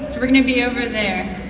we're gonna be over there.